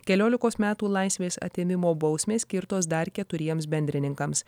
keliolikos metų laisvės atėmimo bausmės skirtos dar keturiems bendrininkams